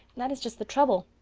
that is just the trouble.